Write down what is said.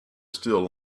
still